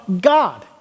God